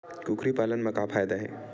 कुकरी पालन म का फ़ायदा हे?